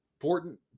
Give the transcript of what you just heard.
Important